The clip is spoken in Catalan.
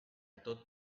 tot